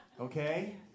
Okay